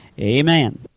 amen